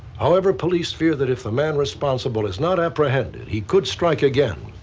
however police fear that if the man responsible is not apprehended, he could strike again.